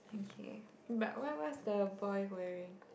okay but what what's the boy wearing